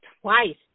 twice